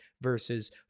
versus